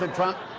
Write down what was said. and trump.